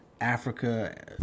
africa